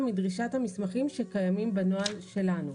מדרישת המסמכים שקיימים בנוהל שלנו.